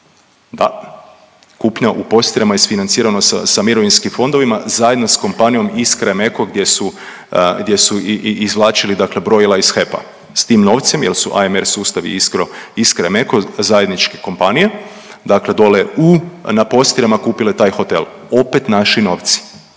da, kupnja u Postirama je isfinancirano sa mirovinskim fondovima zajedno s kompanijom Iskraemeco gdje su izvlačili brojila iz HEP-a s tim novcem jel su AMR sustavi Iskraemeco zajedničke kompanije dakle dole u na Postirama kupile taj hotel. Opet naši novci,